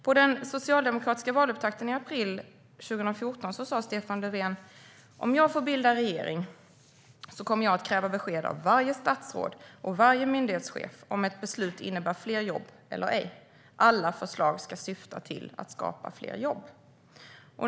Vid den socialdemokratiska valupptakten 2014 sa Stefan Löfven: Om jag får bilda regering kommer jag att kräva besked av varje statsråd och varje myndighetschef om ett beslut innebär fler jobb eller ej. Alla förslag ska syfta till att skapa fler jobb.